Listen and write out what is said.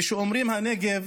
וכשאומרים הנגב